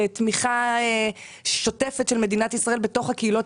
תמיכה שוטפת של מדינת ישראל בתוך הקהילות